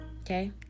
Okay